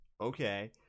okay